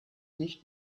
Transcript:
nicht